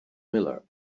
miller